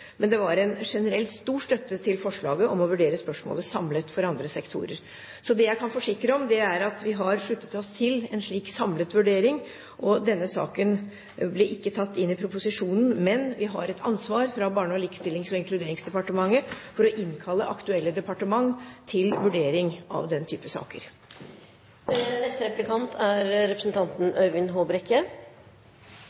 Men det var en generell, stor støtte til forslaget om å vurdere spørsmålet samlet for andre sektorer. Så det jeg kan forsikre om, er at vi har sluttet oss til en slik samlet vurdering. Denne saken ble ikke tatt inn i proposisjonen, men vi har fra Barne-, likestillings- og inkluderingsdepartementet et ansvar for å innkalle aktuelle departementer til vurdering av den type saker. I proposisjonen foreslår regjeringen en presisering av tilsynshjemmelen på barnevernsområdet. Det er